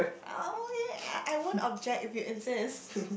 oh okay I I won't object if you insist